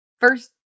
First